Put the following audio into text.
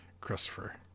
Christopher